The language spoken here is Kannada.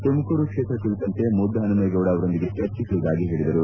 ತುಮಕೂರು ಕ್ಷೇತ್ರ ಕುರಿತಂತೆ ಮುದ್ದ ಹನುಮೇಗೌಡ ಅವರೊಂದಿಗೆ ಚರ್ಚಿಸುವುದಾಗಿ ಹೇಳಿದರು